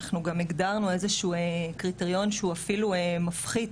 אנחנו הגדרנו גם איזשהו קריטריון שהוא אפילו מפחית